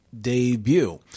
debut